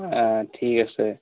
ঠিক আছে